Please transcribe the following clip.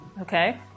Okay